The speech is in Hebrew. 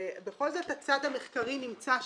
בכל זאת הצד המחקרי נמצא שם.